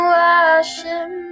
washing